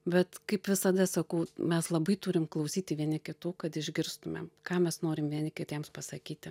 bet kaip visada sakau mes labai turim klausyti vieni kitų kad išgirstumėm ką mes norim vieni kitiems pasakyti